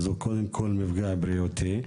אז הוא קודם כל מפגע בריאותי.